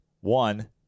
one